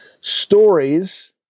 stories